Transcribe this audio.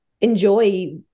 enjoy